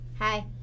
Hi